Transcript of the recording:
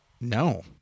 No